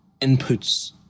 inputs